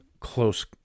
close